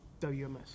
WMS